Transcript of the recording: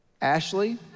Ashley